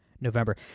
November